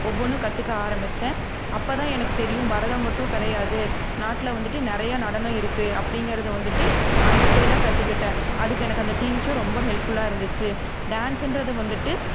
ஒவ்வொன்றும் கத்துக்க ஆரம்பிச்சேன் அப்போதான் எனக்கு தெரியும் பரதம் மட்டும் கிடையாது நாட்டில வந்துட்டு நிறைய நடனம் இருக்குது அப்படிங்கறத வந்துட்டு நான் அங்கே போய்தான் கத்துக்கிட்டேன் அதுக்கு எனக்கு அந்த டீவி ஷோ ரொம்ப ஹெல்ப் ஃபுல்லாக இருந்துச்சு டான்ஸ்சுன்றது வந்துட்டு